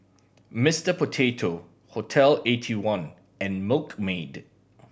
Mister Potato Hotel Eighty one and Milkmaid